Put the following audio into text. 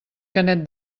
canet